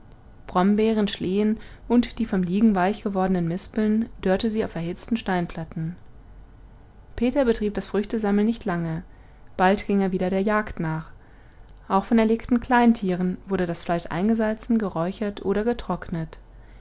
brombeeren schlehen und die vom liegen weich gewordenen mispeln dörrte sie auf erhitzten steinplatten peter betrieb das früchtesammeln nicht lange bald ging er wieder der jagd nach auch von erlegten kleintieren wurde das fleisch eingesalzen geräuchert oder getrocknet